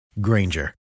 Granger